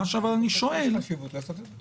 אבל מה שאני שואל --- לדעתי יש חשיבות לעשות את זה.